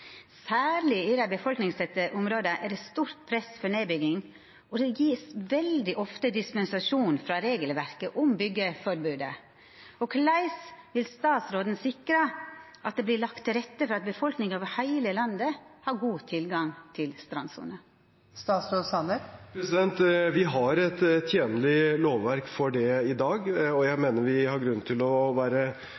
Særleg i dei befolkningstette områda er det stort press for nedbygging, og det vert veldig ofte gjeve dispensasjon frå regelverket om byggjeforbodet. Korleis vil statsråden sikra at det vert lagt til rette for at befolkninga over heile landet har god tilgang til strandsona? Vi har et tjenlig lovverk for det i dag, og